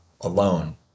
alone